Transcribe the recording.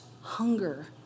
hunger